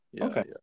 Okay